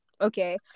Okay